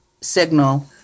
signal